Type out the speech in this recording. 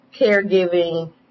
caregiving